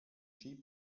den